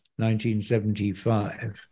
1975